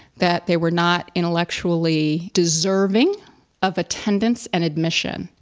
that they were not intellectually deserving of attendance and admission,